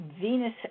Venus